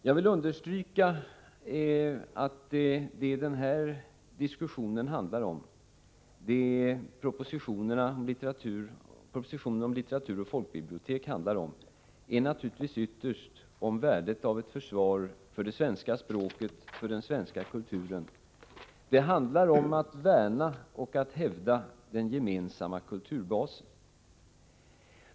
Jag vill understryka att den här diskussionen, liksom propositionerna om litteratur och folkbibliotek, ytterst handlar om värdet av ett försvar för det svenska språket, för den svenska kulturen. Den handlar om att värna och hävda den gemensamma kulturbasen.